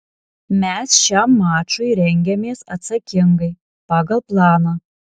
mes šiam mačui rengiamės atsakingai pagal planą